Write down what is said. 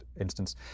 instance